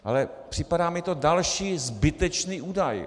Ale připadá mi to další zbytečný údaj.